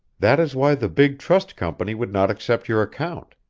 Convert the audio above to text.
that is why the big trust company would not accept your account.